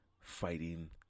fighting